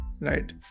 right